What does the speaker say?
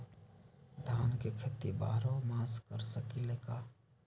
धान के खेती बारहों मास कर सकीले का?